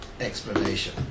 explanation